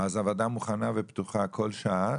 אז הוועדה מוכנה ופתוחה כל שעה,